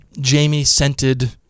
Jamie-scented